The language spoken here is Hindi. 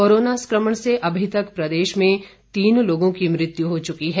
कोरोना संक्रमण से अभी तक प्रदेश में तीन लोगों की मृत्यु हो चुकी है